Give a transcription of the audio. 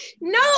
No